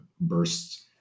bursts